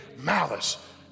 malice